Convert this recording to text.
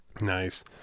Nice